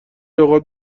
اوقات